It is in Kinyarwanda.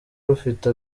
rufite